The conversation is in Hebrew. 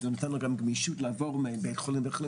זה נותן לו גם גמישות לעבור מבית חולים לבית חולים.